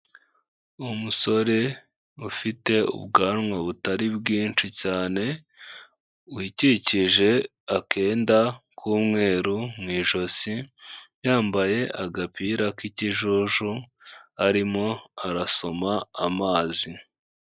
Umusore ufite ubwanwa butari bwinshi cyane, wikikije akenda k'umweru mu ijosi, yambaye agapira k'ikijuju, arimo arasoma amazi.